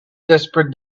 desperate